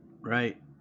Right